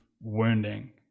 wounding